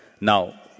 Now